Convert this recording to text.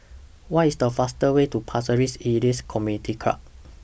What IS The fastest Way to Pasir Ris Elias Community Club